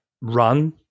run